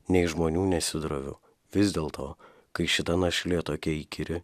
nei žmonių nesidroviu vis dėlto kai šita našlė tokia įkyri